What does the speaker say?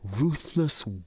Ruthless